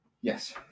Yes